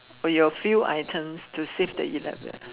or your few items to save the eleven